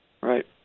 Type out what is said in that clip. Right